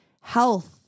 health